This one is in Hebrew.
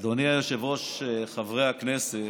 אדוני היושב-ראש, חברי הכנסת,